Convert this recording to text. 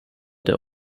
der